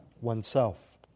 oneself